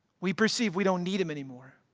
we perceive we don't need them anymore,